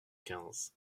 quinze